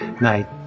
Night